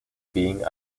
being